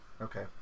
Okay